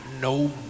no